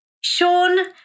Sean